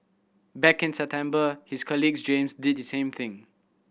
back in September his colleague James did the same thing